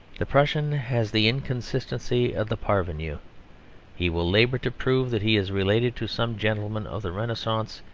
the prussian has the inconsistency of the parvenu he will labour to prove that he is related to some gentleman of the renaissance,